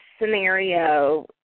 scenario